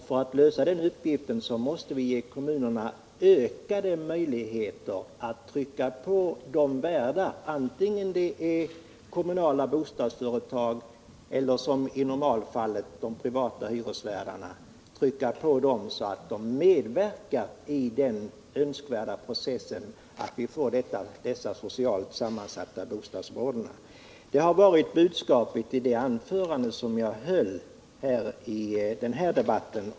För att lösa den uppgiften måste vi ge kommunerna ökade möjligheter att trycka på värdarna — vare sig det är kommunala bostadsföretag eller som i normalfallet de privata hyresvärdarna — så att de medverkar i den önskvärda produktionen, som kan leda till att vi får socialt allsidigt sammansatta bostadsområden. Det har varit budskapet i det anförande jag höll tidigare i den här debatten.